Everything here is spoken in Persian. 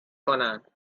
کنند